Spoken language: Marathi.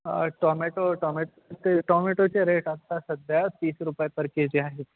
टोमॅटो टॉमॅटोचे टॉमॅटोचे रेट आत्ता सध्या तीस रुपये पर केजी आहेत